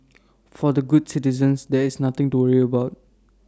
for the good citizens there is nothing to worry about